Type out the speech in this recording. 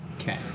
Okay